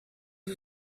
who